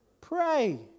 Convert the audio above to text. Pray